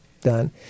done